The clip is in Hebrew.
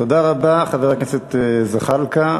תודה רבה, חבר הכנסת זחאלקה.